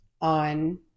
on